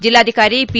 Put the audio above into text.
ಜಿಲ್ಲಾಧಿಕಾರಿ ಪಿ